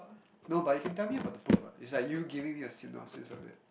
no but you can tell me about the book what it's like you giving me a synopsis of it